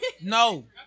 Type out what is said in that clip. No